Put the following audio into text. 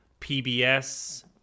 PBS